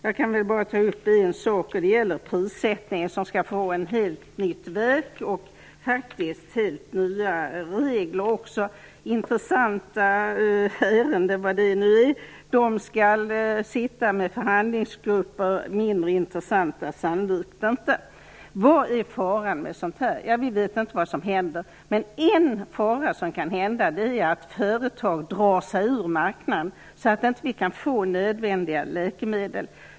Låt mig bara ta upp prissättningen, för vilken det skall inrättas ett helt nytt verk och kanske även införas helt nya regler. I intressanta ärenden - vad det nu är - skall det tillsättas förhandlingsgrupper, i mindre intressanta sannolikt inte. Vad är faran med sådant här? Jag vet inte vad som händer, men en fara som kan uppstå är att företag drar sig bort från marknaden, så att vi inte kan få nödvändiga läkemedel.